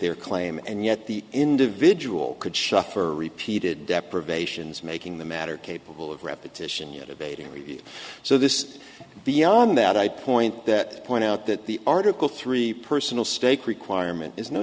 their claim and yet the individual could show up for repeated deprivations making the matter capable of repetition your debating so this is beyond that i point that point out that the article three personal stake requirement is no